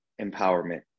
empowerment